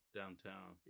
downtown